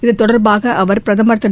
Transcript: இதுதொடர்பாக அவர் பிரதமர் திரு